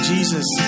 Jesus